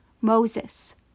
Moses